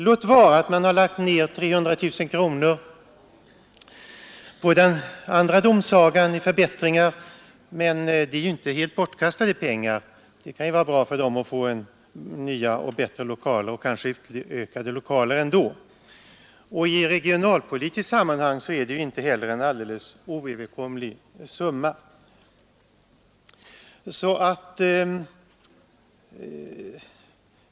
Låt vara att man har lagt ned 300 000 kronor i förbättringar på den andra domsagan, men det är ju inte helt bortkastade pengar. Det kan kanske ändå vara bra för dem som arbetar där att få nya eller förbättrade lokaler. I regionalpolitiskt sammanhang är det ju inte heller en alldeles oöverkomlig summa.